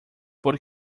por